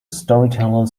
storyteller